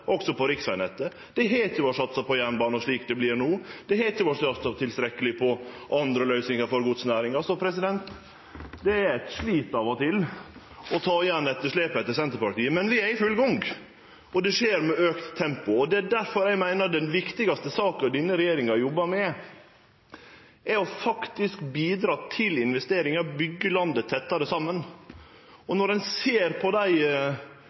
også på riksvegnettet. Det har ikkje vore satsa på jernbanen, slik det vert no. Det har ikkje vore satsa tilstrekkeleg på andre løysingar for godsnæringa. Så det er av og til eit slit å ta igjen etterslepet etter Senterpartiet. Men vi er i full gang, og det skjer med auka tempo. Det er difor eg meiner den viktigaste saka denne regjeringa jobbar med, faktisk er å bidra til investeringar, byggje landet tettare saman. Når ein ser på dei